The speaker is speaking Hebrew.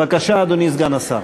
בבקשה, אדוני סגן השר.